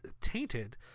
tainted